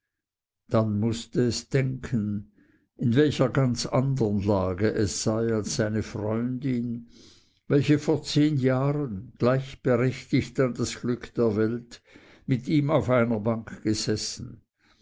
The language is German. dann mußte es denken in welcher ganz andern lage es sei als seine freundin welche vor zehn jahren gleich berechtigt an das glück der welt mit ihm auf einer bank gesessen